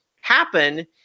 happen